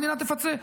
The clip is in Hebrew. המדינה תפצה?